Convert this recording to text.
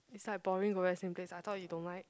it's like boring go back same place I thought you don't like